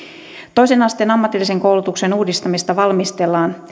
toisen asteen ammatillisen koulutuksen uudistamista valmistellaan